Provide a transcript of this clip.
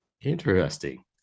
interesting